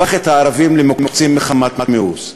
הפך את הערבים למוקצים מחמת מיאוס.